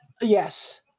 Yes